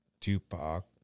tupac